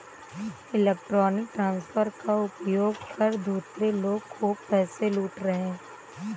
electronic transfer का उपयोग कर धूर्त लोग खूब पैसे लूट रहे हैं